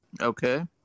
Okay